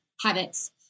habits